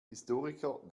historiker